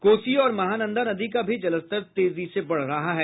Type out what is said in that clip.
कोसी और महानंदा नदी का भी जलस्तर तेजी से बढ़ रहा है